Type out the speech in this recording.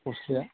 गस्लाया